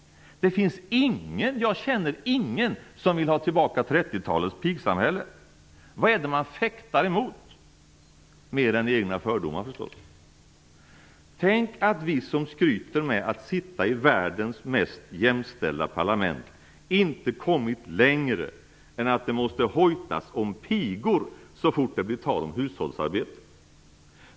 Jag känner ingen som vill ha tillbaka 30-talets pigsamhälle. Vad är det man försöker fäkta emot, mer än egna fördomar? Tänk att vi som skryter med att sitta i världens mest jämställda parlament inte kommit längre än att det måste hojtas om pigor så fort det blir tal om hushållsarbete.